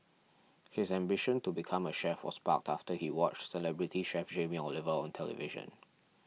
his ambition to become a chef was sparked after he watched celebrity chef Jamie Oliver on television